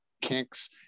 kinks